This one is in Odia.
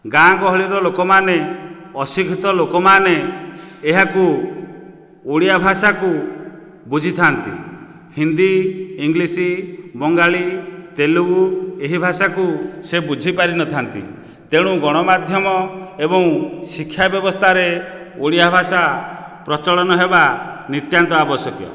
ଗାଁ ଗହଳିର ଲୋକମାନେ ଅଶିକ୍ଷିତ ଲୋକମାନେ ଏହାକୁ ଓଡ଼ିଆ ଭାଷାକୁ ବୁଝିଥାନ୍ତି ହିନ୍ଦୀ ଇଂଲିଶ ବଙ୍ଗାଳି ତେଲୁଗୁ ଏହି ଭାଷାକୁ ସେ ବୁଝି ପାରି ନଥାନ୍ତି ତେଣୁ ଗଣମାଧ୍ୟମ ଏବଂ ଶିକ୍ଷା ବ୍ୟବସ୍ଥାରେ ଓଡ଼ିଆ ଭାଷା ପ୍ରଚଳନ ହେବା ନିତ୍ୟାନ୍ତ ଆବଶ୍ୟକୀୟ